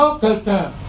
quelqu'un